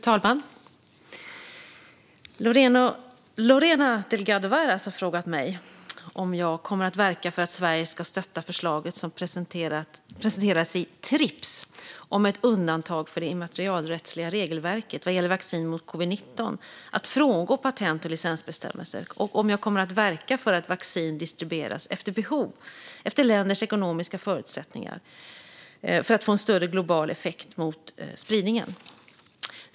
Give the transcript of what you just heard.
Fru talman! Lorena Delgado Varas har frågat mig om jag kommer att verka för att Sverige ska stötta förslaget som presenterats i Trips om ett undantag för det immaterialrättsliga regelverket vad gäller vaccin mot covid-19, för att man ska frångå patent och licensbestämmelser och för att vaccin ska distribueras efter behov utifrån länders ekonomiska förutsättningar för att få en större global effekt mot spridningen.